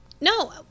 No